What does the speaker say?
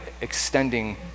extending